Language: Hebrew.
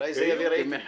אולי זה יביא רייטינג.